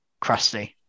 Crusty